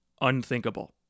unthinkable